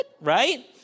right